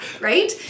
right